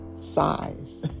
size